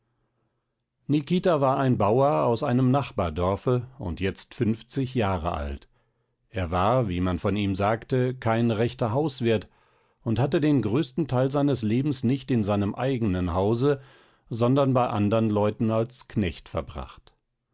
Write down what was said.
nikita war ein bauer aus einem nachbardorfe und jetzt fünfzig jahre alt er war wie man von ihm sagte kein rechter hauswirt und hatte den größten teil seines lebens nicht in seinem eigenen hause sondern bei andern leuten als knecht verbracht